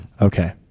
Okay